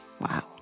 Wow